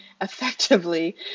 effectively